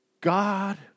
God